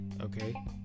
okay